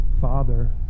Father